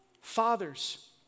Fathers